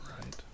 right